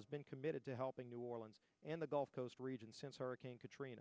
has been committed to helping new orleans and the gulf coast region since hurricane katrina